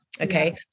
okay